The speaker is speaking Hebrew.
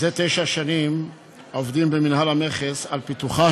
25 מתנגדים, אין נמנעים.